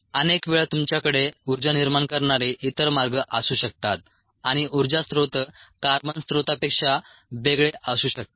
अनेक वेळा तुमच्याकडे ऊर्जा निर्माण करणारे इतर मार्ग असू शकतात आणि उर्जा स्त्रोत कार्बन स्त्रोतापेक्षा वेगळे असू शकतात